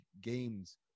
games